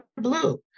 blue